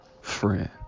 friend